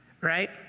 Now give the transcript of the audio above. right